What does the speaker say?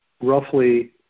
roughly